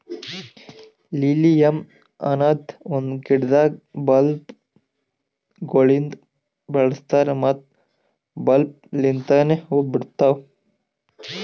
lilium ಅನದ್ ಒಂದು ಗಿಡದಾಗ್ ಬಲ್ಬ್ ಗೊಳಿಂದ್ ಬೆಳಸ್ತಾರ್ ಮತ್ತ ಬಲ್ಬ್ ಲಿಂತನೆ ಹೂವು ಬಿಡ್ತಾವ್